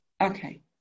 Okay